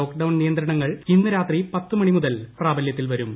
lockdown നിയന്ത്രണങ്ങൾ ഇന്ന് രാത്രി പത്ത് മണി ്മുതൽ പ്രാബല്യത്തിൽ വരും